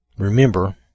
Remember